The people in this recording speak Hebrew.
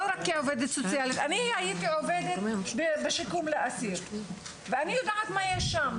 אני הייתי עובדת בשיקום לאסיר ואני יודעת מה יש שם.